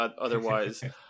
Otherwise